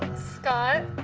scott.